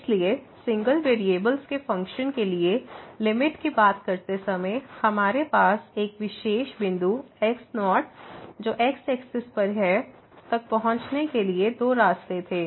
इसलिए single variable के function के लिए लिमिट की बात करते समय हमारे पास एक विशेष बिंदु x0 जो x एक्सिस पर है तक पहुंचने के लिए दो रास्ते थे